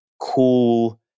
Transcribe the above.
cool